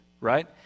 right